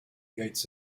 gates